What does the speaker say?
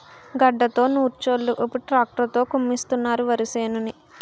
గడ్డతో నూర్చోలు ఇప్పుడు ట్రాక్టర్ తో కుమ్మిస్తున్నారు వరిసేనుని